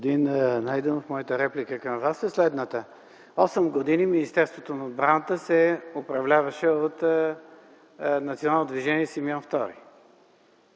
Найденов, моята реплика към Вас е следната: осем години Министерството на отбраната се управляваше от Национално движение Симеон